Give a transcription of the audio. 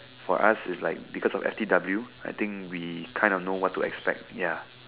for us is like because of F_T_W I think we kinda like know what to expect ya